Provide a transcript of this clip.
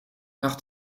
nach